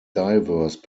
diverse